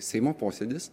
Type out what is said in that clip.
seimo posėdis